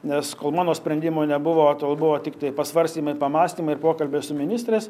nes kol mano sprendimo nebuvo tol buvo tiktai pasvarstymai pamąstymai ir pokalbiai su ministras